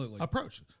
approach